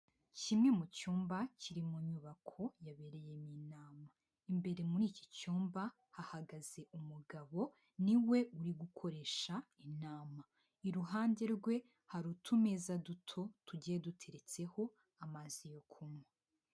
Kimwe mu cyumba kiri mu nyubako yabereyemo inama. Imbere muri iki cyumba hahagaze umugabo, ni we uri gukoresha inama. Iruhande rwe, hari utumeza duto, tugiye duteretseho amazi yo kunywa.